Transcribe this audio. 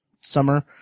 summer